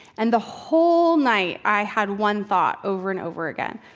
and the whole night, i had one thought over and over again,